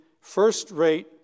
first-rate